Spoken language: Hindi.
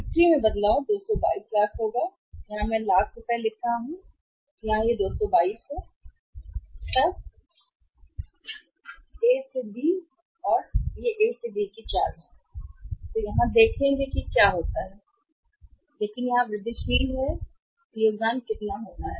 बिक्री में बदलाव 222 लाख होगा जो मैं यहां लाख रुपये लिख रहा हूं यह है 222 तब A से B की ओर A से B की चाल है यहाँ देखेंगे क्या होता है लेकिन यहाँ वृद्धिशील है योगदान कितना होना है